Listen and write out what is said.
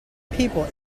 people